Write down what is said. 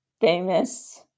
famous